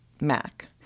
mac